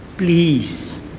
please